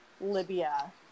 Libya